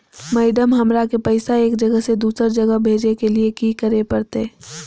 Madam, हमरा के पैसा एक जगह से दुसर जगह भेजे के लिए की की करे परते?